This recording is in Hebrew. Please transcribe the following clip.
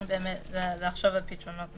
באמת לחשוב על פתרונות נוספים.